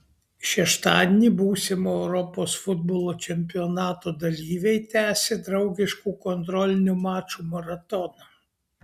šeštadienį būsimo europos futbolo čempionato dalyviai tęsė draugiškų kontrolinių mačų maratoną